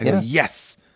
yes